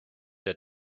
der